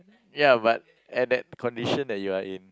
ya but at that condition that you're in